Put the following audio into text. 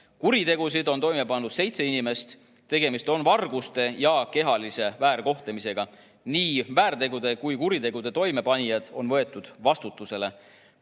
Kuritegusid on toime pannud seitse inimest. Tegemist on varguste ja kehalise väärkohtlemisega. Nii väärtegude kui ka kuritegude toimepanijad on võetud vastutusele.